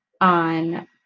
on